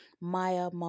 Maya